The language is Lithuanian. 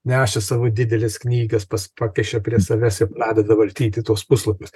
neša savo dideles knygas pas pakiša prie savęs ir pradeda vartyti tuos puslapius